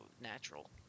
natural